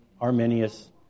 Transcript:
Arminius